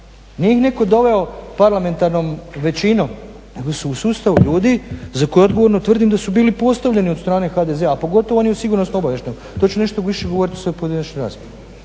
Nije ih netko doveo parlamentarnom većinom nego su u sustavu ljudi za koje odgovorno tvrdim da su bili postavljeni od strane HDZ-a, a pogotovo oni u SOA-i. To ću nešto više govoriti u svojoj pojedinačnoj raspravi.